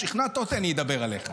שכנעת אותי, אני אדבר עליך.